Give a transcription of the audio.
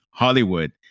Hollywood